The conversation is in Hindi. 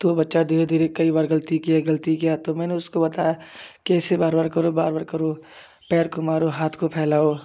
तो बच्चा धीरे धीरे कई बार गलती किया गलती किया तो मैंने उसको बताया की ऐसे बार बार करो बार बार करो पैर को मारो हाथ को फैलाओ